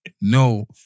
no